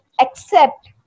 accept